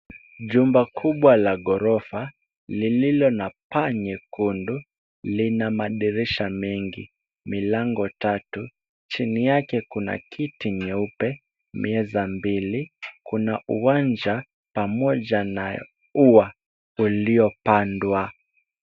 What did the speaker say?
Jumba kubwa la ghorofa, lililo na paa nyekundu, lina madirisha mengi, milango tatu. Chini yake kuna kiti nyeupe, meza mbili. Kuna uwanja pamoja na ua uliopandwa.